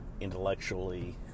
intellectually